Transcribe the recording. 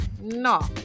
no